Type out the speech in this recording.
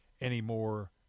anymore